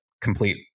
complete